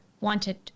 wanted